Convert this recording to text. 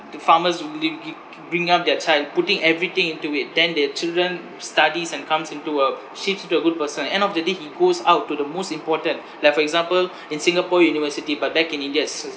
the farmers who li~ gi~ bring up their child putting everything into it then their children studies and comes into a shifts to the good person end of the day he goes out to the most important like for example in singapore university but back in india is